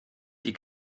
die